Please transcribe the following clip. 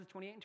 28